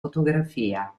fotografia